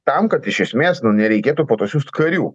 tam kad iš esmės nereikėtų po to siųst karių